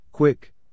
Quick